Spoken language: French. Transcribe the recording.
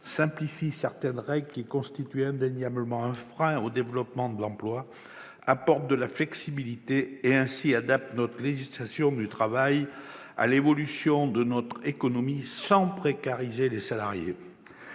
simplifient certaines règles qui constituaient indéniablement un frein au développement de l'emploi, apportent de la flexibilité et, ainsi, adaptent notre législation du travail à l'évolution de notre économie sans précariser les salariés.